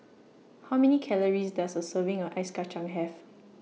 How Many Calories Does A Serving of Ice Kacang Have